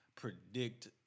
predict